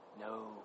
no